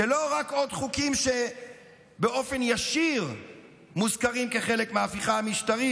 זה לא רק עוד חוקים שבאופן ישיר מוזכרים כחלק מההפיכה המשטרית,